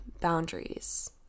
boundaries